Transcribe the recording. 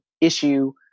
issue